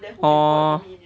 oh